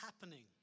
happening